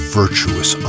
virtuous